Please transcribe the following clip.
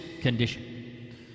condition